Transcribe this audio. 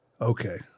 okay